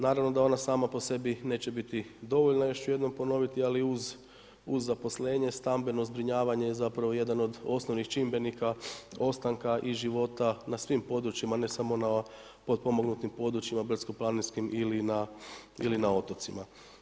Naravno da ona sama po sebi neće biti dovoljna, još ću jednom ponoviti ali uz zaposlenje stambeno zbrinjavanje je zapravo jedan od osnovnih čimbenika ostanka i života na svim područjima a ne samo na potpomognutim područjima, brdsko planinskim ili na otocima.